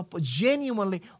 genuinely